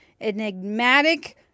enigmatic